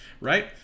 right